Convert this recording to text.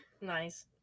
Nice